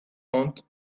font